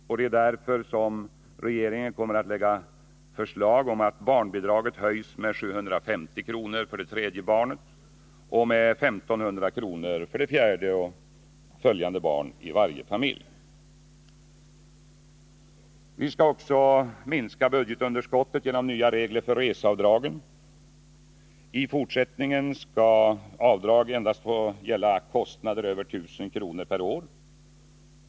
Regeringen kommer därför att lägga fram förslag om att barnbidraget höjs med 750 kr. för det tredje barnet och med 1 500 kr. för det fjärde och följande barn i varje familj. Vi måste också minska budgetunderskottet genom nya regler för reseavdragen. I fortsättningen skall avdragen endast få gälla kostnader över 1000 kr. per år.